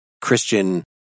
Christian